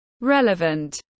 relevant